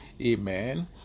Amen